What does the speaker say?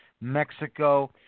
Mexico